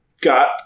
got